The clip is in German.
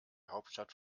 hauptstadt